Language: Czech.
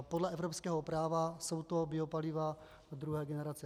Podle evropského práva jsou to biopaliva druhé generace.